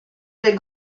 del